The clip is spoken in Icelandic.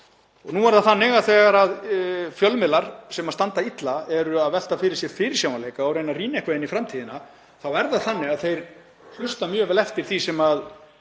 um. Nú er það þannig að þegar fjölmiðlar sem standa illa eru að velta fyrir sér fyrirsjáanleika og reyna að rýna eitthvað inn í framtíðina, þá hlusta þeir mjög vel eftir því sem